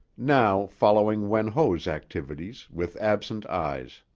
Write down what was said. now following wen ho's activities with absent eyes.